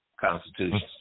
constitutions